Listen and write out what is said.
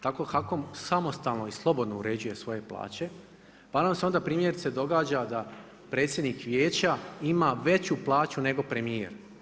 Tako HAKOM samostalno i slobodno uređuje svoje plaće, pa nam se onda primjerice događa, da predsjednik vijeća ima veću plaću nego premjer.